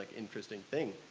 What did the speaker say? like interesting thing.